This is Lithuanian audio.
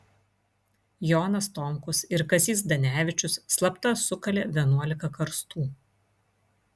jonas tomkus ir kazys zdanevičius slapta sukalė vienuolika karstų